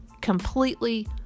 completely